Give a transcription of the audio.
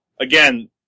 Again